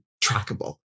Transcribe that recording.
trackable